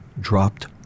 dropped